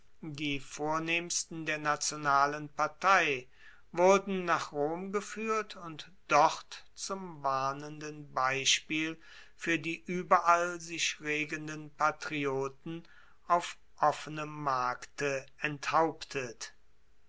die vornehmsten der nationalen partei wurden nach rom gefuehrt und dort zum warnenden beispiel fuer die ueberall sich regenden patrioten auf offenem markte enthauptet